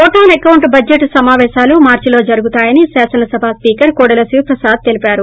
ఓటాస్ account budget సమాపేశాలు మార్సిలో జరుగుతాయని శాసనసభ స్పీకర్ కోడెల శివప్రసాద్ తెలిపారు